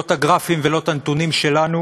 לא את הגרפים ולא את הנתונים שלנו